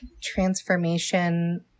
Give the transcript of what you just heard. transformation